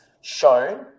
shown